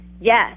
Yes